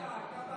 רגע, הייתה בעיה.